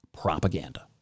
Propaganda